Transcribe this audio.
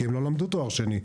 כי הם לא למדו תואר שני,